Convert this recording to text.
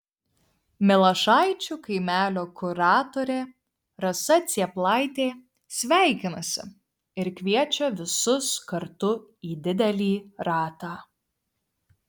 milašaičių kaimelio kuratorė rasa cėplaitė sveikinasi ir kviečia visus kartu į didelį ratą